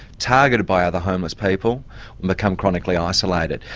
targeted by other homeless people and became chronically isolated.